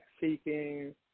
seeking